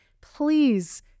please